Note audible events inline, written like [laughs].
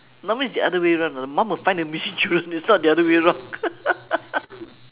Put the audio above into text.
mine is the other way round you know the mum will find the missing children it's not the other way round [laughs]